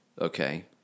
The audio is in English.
Okay